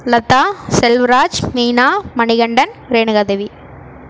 Latha Selvaraj Meena Manikandan Renukadevi